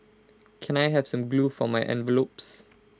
can I have some glue for my envelopes